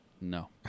No